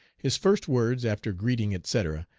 his first words, after greeting, etc,